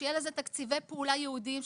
שיהיה לזה תקציבי פעולה ייעודיים,